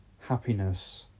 happiness